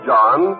John